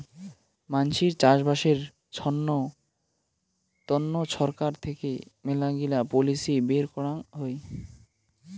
মানসির চাষবাসের তন্ন ছরকার থেকে মেলাগিলা পলিসি বের করাং হই